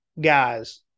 guys